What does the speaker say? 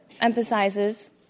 emphasizes